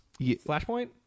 Flashpoint